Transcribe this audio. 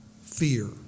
fear